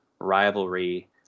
rivalry